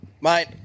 Mate